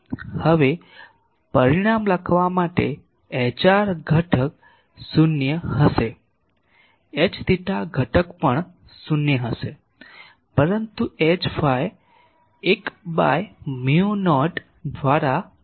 હવે પરિણામ લખવા માટે Hr ઘટક 0 હશે Hθ ઘટક પણ 0 હશે પરંતુ Hϕ 1 બાય મ્યુ નોટ દ્વારા આપવામાં આવશે